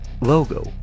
Logo